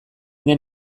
den